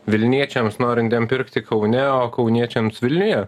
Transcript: vilniečiams norintiem pirkti kaune o kauniečiams vilniuje